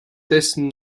dessen